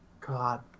God